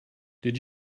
did